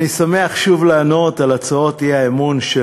אני שמח שוב לענות על הצעות האי-אמון של